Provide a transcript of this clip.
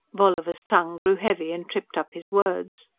bolliver's tongue grew heavy and tripped up his words.